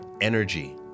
Energy